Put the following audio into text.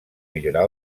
millorar